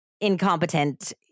incompetent